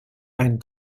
ein